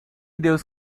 deus